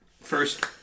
first